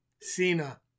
Cena